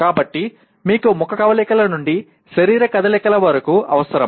కాబట్టి మీకు ముఖ కవళికల నుండి శరీర కదలికల వరకు అవసరం